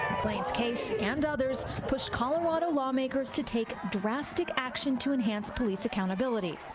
mcclain's case and others pushed colorado lawmakers to take drastic action to enhance police accountability.